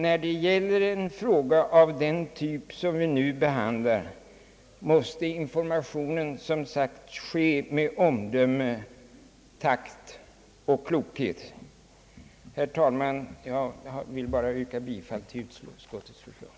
När det gäller frågor av den typ som vi nu behandlar måste informationen som sagt ske med omdöme, takt och klokhet. Herr talman! Jag yrkar bifall till utskottets förslag.